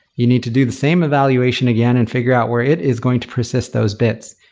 you need to do the same evaluation again and figure out where it is going to persist those bits.